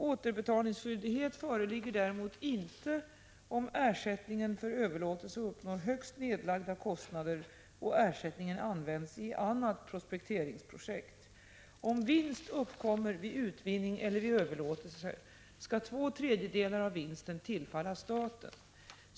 Återbetalningsskyldighet föreligger däremot inte om ersättningen för överlåtelse uppnår högst nedlagda kostnader och ersättningen används i annat prospekteringsprojekt. Om vinst uppkommer vid utvinning eller vid överlåtelse skall två tredjedelar av vinsten tillfalla staten.